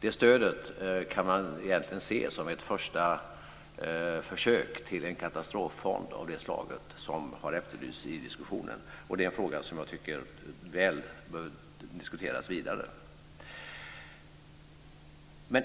Det stödet kan man se som ett första försök till en katastroffond av det slag som efterlysts i diskussionen. Det är en fråga som jag tycker bör diskuteras vidare.